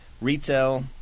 retail